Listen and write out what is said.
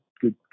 good